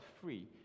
free